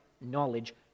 knowledge